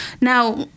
Now